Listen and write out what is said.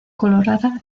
colorada